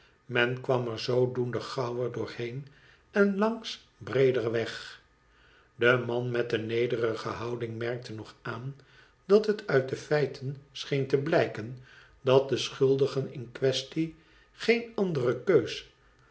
men kwam er zoodoende gauwer doorheen en langs breeder weg de man met de nederige houding merkte nog aan dat het uit de feiten scheen te blijken dat de schuldigen in quaestie geen andere keus